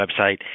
website